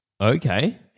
Okay